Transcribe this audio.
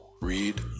Read